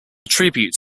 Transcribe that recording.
tribute